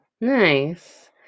Nice